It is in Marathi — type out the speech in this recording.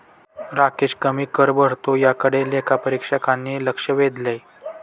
राकेश कमी कर भरतो याकडे लेखापरीक्षकांनी लक्ष वेधले